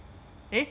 eh